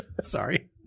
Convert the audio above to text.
Sorry